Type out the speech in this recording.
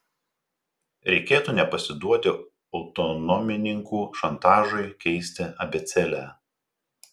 reikėtų nepasiduoti autonomininkų šantažui keisti abėcėlę